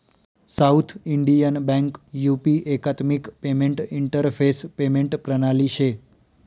south Indian Bank यु.पी एकात्मिक payment interface payment प्रणाली शे